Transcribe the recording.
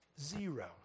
zero